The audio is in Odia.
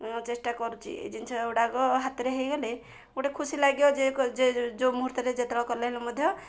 ଚେଷ୍ଟା କରୁଛି ଏଇ ଜିନିଷ ଗୁଡ଼ାକ ହାତରେ ହେଇଗଲେ ଗୋଟେ ଖୁସି ଲାଗିବ ଯେ ଯେ ଯେଉଁ ମୁହୂର୍ତ୍ତରେ ଯେତେବେଳେ କଲେ ହେଲେ ମଧ୍ୟ